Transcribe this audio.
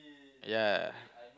yeah